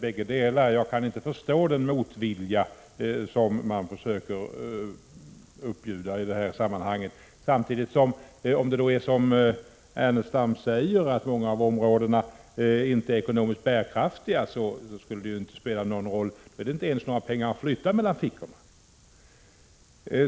Jag kan inte förstå den motvilja som ni försöker uppbjuda i detta sammanhang. Om det är så som Lars Ernestam säger, dvs. att många av områdena inte är ekonomiskt bärkraftiga, skulle det inte spela någon roll — då finns det inte ens några pengar att flytta mellan fickorna.